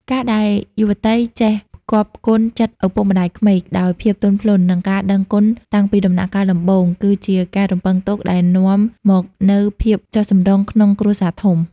ការដែលយុវតីចេះ "ផ្គាប់ផ្គុនចិត្តឪពុកម្ដាយក្មេក" ដោយភាពទន់ភ្លន់ និងការដឹងគុណតាំងពីដំណាក់កាលដំបូង គឺជាការរំពឹងទុកដែលនាំមកនូវភាពចុះសម្រុងក្នុងគ្រួសារធំ។